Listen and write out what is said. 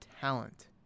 talent